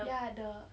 ya the